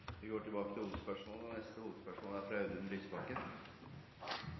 Vi går videre til neste hovedspørsmål.